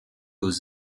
aux